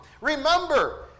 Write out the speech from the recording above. Remember